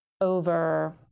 over